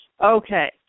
Okay